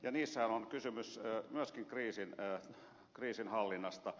ja niissähän on kysymys myöskin kriisinhallinnasta